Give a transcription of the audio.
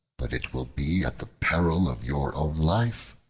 but it will be at the peril of your own life.